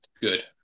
good